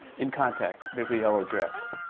in contact there's a yellow dress.